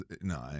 no